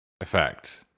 effect